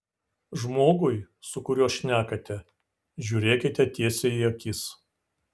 žmogui su kuriuo šnekate žiūrėkite tiesiai į akis